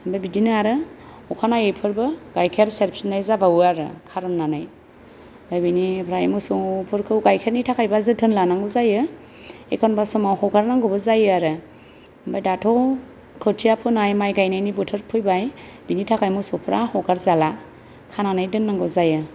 आमफ्राय बिदिनो आरो अखा नायै फोरबो गाइखेर सेरफिन्नाय जाबावो आरो खारननानै आमफ्राय बिनिफ्राय मोसौफोरखौ गाइखेरनि थाखायबा जोथोन लानांगौ जायो एखनबा समाव हगारनांगौबो जायो आरो आमफ्राय दाथ' खोथिया फोनाय माइ गायनायनि बोथोर फैबाय बिनि थाखाय मोसौफ्रा हगारजाला खानानै दोन्नांगौ जायो